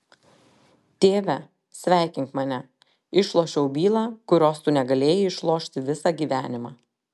tėve sveikink mane išlošiau bylą kurios tu negalėjai išlošti visą gyvenimą